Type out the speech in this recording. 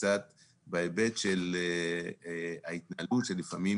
בהיבט של ההתנהלות שלפעמים